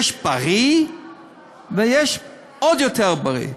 יש בריא ויש עוד יותר בריא.